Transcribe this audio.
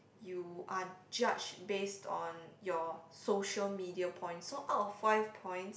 you are judged based on your social media point so out of five points